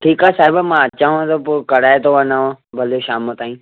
ठीकु आहे साहिबु मां अचांव थो पोइ कराए थो वञांव भले शाम ताईं